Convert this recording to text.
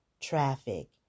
traffic